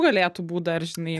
galėtų būt dar žinai